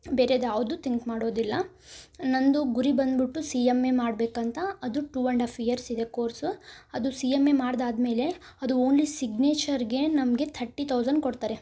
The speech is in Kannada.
ಬೇರೆದು ಯಾವ್ದೂ ತಿಂಕ್ ಮಾಡೋದಿಲ್ಲ ನನ್ನದು ಗುರಿ ಬಂದ್ಬಿಟ್ಟು ಸಿ ಎಂ ಎ ಮಾಡ್ಬೇಕು ಅಂತ ಅದು ಟೂ ಆ್ಯಂಡ್ ಆಫ್ ಇಯರ್ಸ್ ಇದೆ ಕೋರ್ಸು ಅದು ಸಿ ಎಂ ಎ ಮಾಡಿದ್ ಆದಮೇಲೆ ಅದು ಓನ್ಲಿ ಸಿಗ್ನೇಚರ್ಗೆ ನಮಗೆ ಥರ್ಟಿ ಥೌಸಂಡ್ ಕೊಡ್ತಾರೆ